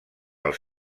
els